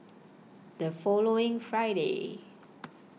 The following Friday